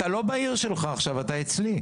אתה לא בעיר שלך, אתה אצלי.